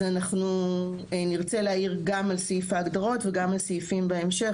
אז אנחנו נרצה להעיר גם על סעיף ההגדרות וגם על סעיפים בהמשך,